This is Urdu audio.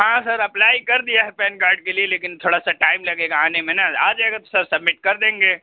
ہاں سر اپلائی کر دیا ہے پین کارڈ کے لیے لیکن تھوڑا سا ٹائم لگے گا آنے میں نا آجائے گا سر سمٹ کر دیں گے